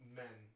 men